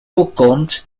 outcomes